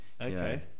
Okay